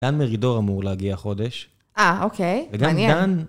דן מרידור אמור להגיע החודש. אה, אוקיי. וגם דן...